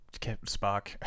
Spock